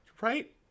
Right